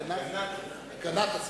הגנת הסביבה.